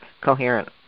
coherent